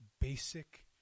basic